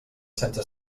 sense